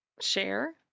share